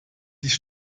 sich